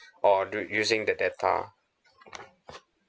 or do using the data